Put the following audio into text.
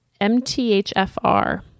MTHFR